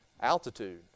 Altitude